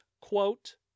quote